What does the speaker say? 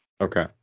Okay